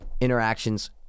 interactions